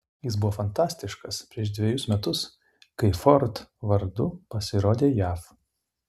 jis buvo fantastiškas prieš dvejus metus kai ford vardu pasirodė jav